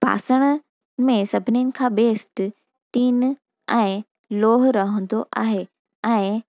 बासण में सभिनीनि खां बेस्ट टिन ऐं लोह रहंदो आहे ऐं